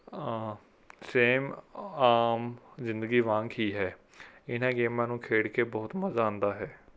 same ਆਮ ਜ਼ਿੰਦਗੀ ਵਾਂਗ ਹੀ ਹੈ ਇਹਨਾਂ ਗੇਮਾਂ ਨੂੰ ਖੇਡ ਕੇ ਬਹੁਤ ਮਜ਼ਾ ਆਉਂਦਾ ਹੈ